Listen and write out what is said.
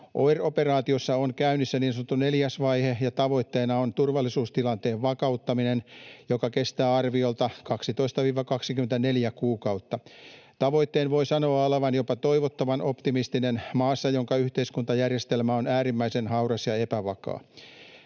OIR-operaatiossa on käynnissä niin sanottu neljäs vaihe, ja tavoitteena on turvallisuustilanteen vakauttaminen, joka kestää arviolta 12—24 kuukautta. Tavoitteen voi sanoa olevan jopa toivottoman optimistinen maassa, jonka yhteiskuntajärjestelmä on äärimmäisen hauras ja epävakaa.